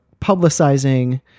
publicizing